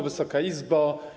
Wysoka Izbo!